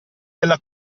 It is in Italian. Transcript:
della